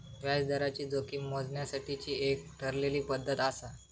व्याजदराची जोखीम मोजण्यासाठीची एक ठरलेली पद्धत आसा